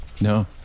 No